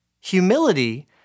Humility